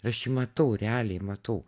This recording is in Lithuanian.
ir aš jį matau realiai matau